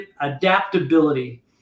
adaptability